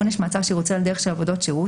״עונש מאסר שירוצה על דרך של עבודות שירות״